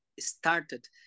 started